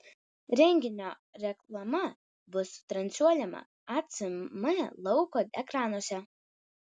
renginio reklama bus transliuojama acm lauko ekranuose